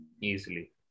Easily